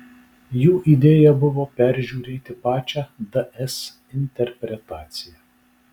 jų idėja buvo peržiūrėti pačią ds interpretaciją